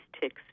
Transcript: ticks